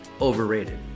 overrated